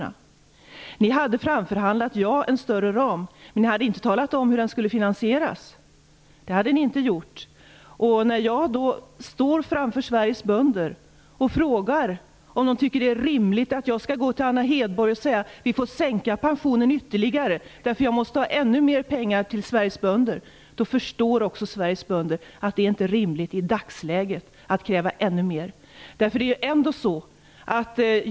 Ja, ni hade framförhandlat en större ram, men ni hade inte talat om hur den skulle finansieras. När jag då frågar Sveriges bönder om de tycker att det vore rimligt om jag gick till Anna Hedborg och sade att pensionerna får sänkas ytterligare därför att jag måste ha ännu mer pengar till Sveriges bönder, då förstår de att det i dagsläget inte är rimligt att kräva ännu mer.